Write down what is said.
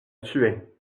tuait